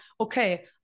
okay